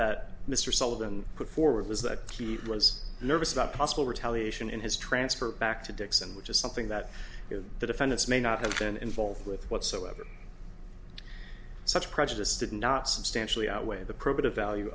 that mr sullivan put forward was that he was nervous about possible retaliation in his transfer back to dixon which is something that the defendants may not have been involved with whatsoever such prejudice did not substantially outweigh the probative value